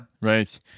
right